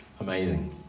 amazing